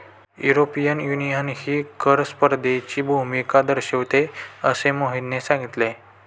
European युनियनही कर स्पर्धेची भूमिका दर्शविते, असे मोहनने सांगितले